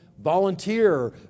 volunteer